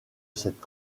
cette